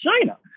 China